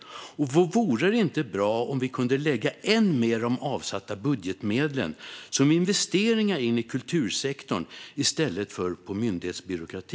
Och vore det inte bra om vi kunde lägga ännu mer av de avsatta budgetmedlen på investeringar i kultursektorn i stället för på myndighetsbyråkrati?